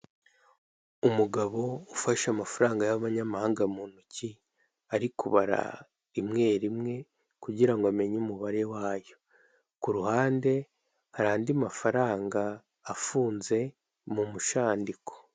Umugabo ufashe amafaranga y'abanyamahanga mu ntoki ari kubara rimwe rimwe kugira ngo amenye umubare wayo, ku ruhande hari andi mafaranga afunze mu mushandiko.